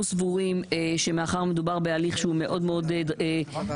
אנחנו סבורים שמאחר שמדובר בהליך שהוא מאוד מאוד קרדינלי